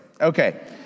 Okay